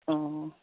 অঁ